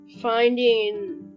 finding